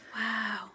Wow